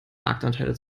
marktanteile